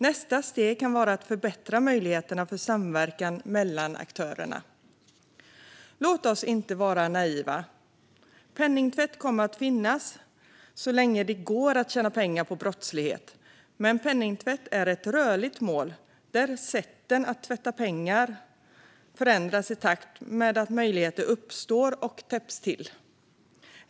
Nästa steg kan vara att förbättra möjligheterna för samverkan mellan aktörerna. Låt oss inte vara naiva. Penningtvätt kommer att finnas så länge det går att tjäna pengar på brottslighet. Men penningtvätt är ett rörligt mål där sätten att tvätta pengar förändras i takt med att möjligheter uppstår och täpps till.